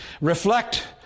reflect